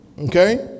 Okay